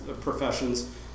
professions